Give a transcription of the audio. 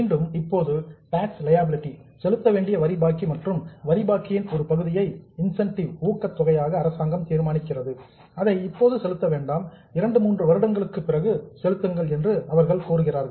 மீண்டும் இப்போது tax liability செலுத்தவேண்டிய வரி பாக்கி மற்றும் வரி பாக்கியின் ஒரு பகுதியை இன்சென்டிவ் ஊக்கத் தொகையாக அரசாங்கம் தீர்மானிக்கிறது அதை இப்போது செலுத்த வேண்டாம் 2 3 வருடங்களுக்குப் பிறகு செலுத்துங்கள் என்று அவர்கள் கூறுகிறார்கள்